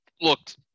looked –